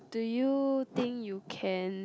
do you think you can